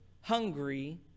hungry